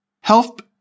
Help